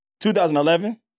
2011